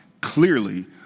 clearly